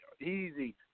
easy